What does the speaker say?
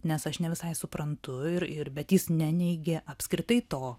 nes aš ne visai suprantu ir ir bet jis neneigė apskritai to